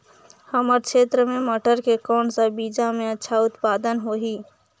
हमर क्षेत्र मे मटर के कौन सा बीजा मे अच्छा उत्पादन होही?